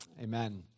Amen